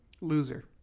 loser